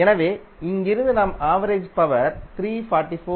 எனவே இங்கிருந்து நாம் ஆவரேஜ் பவர் 344